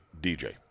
DJ